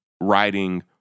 writing